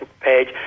page